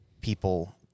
people